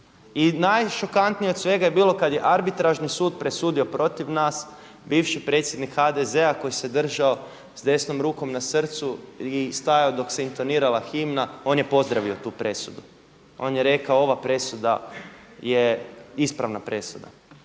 I najšokantnije od svega je bilo kad je Arbitražni sud presudio protiv nas, bivši predsjednik HDZ-a koji se držao desnom rukom na srcu i stajao dok se intonirala himna on je pozdravio tu presudu, on je rekao ova presuda je ispravna presuda.